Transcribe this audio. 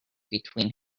between